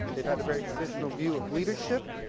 they've had a very traditional view of leadership.